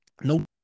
no